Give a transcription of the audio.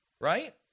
right